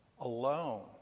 alone